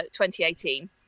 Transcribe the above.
2018